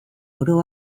oro